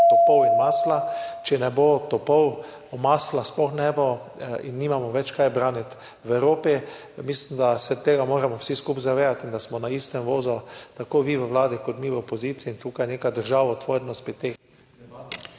topov in masla. Če ne bo topov, masla sploh ne bo in nimamo več česa braniti v Evropi. Mislim, da se moramo tega vsi skupaj zavedati in da smo na istem vozu tako vi na Vladi kot mi v opoziciji. Tukaj neka državotvornost .../ izklop